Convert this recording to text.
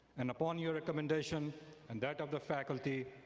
and upon your recommendation and that of the faculty,